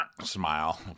smile